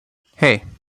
hey